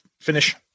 finish